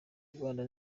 rwanda